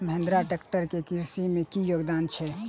Mahindra tractor केँ कृषि मे की योगदान छै?